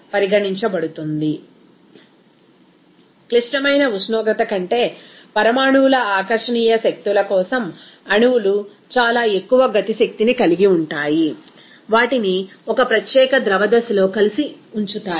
refer slide time క్లిష్టమైన ఉష్ణోగ్రత కంటే పరమాణువుల ఆకర్షణీయ శక్తుల కోసం అణువులు చాలా ఎక్కువ గతి శక్తిని కలిగి ఉంటాయి వాటిని ఒక ప్రత్యేక ద్రవ దశలో కలిసి ఉంచుతాయి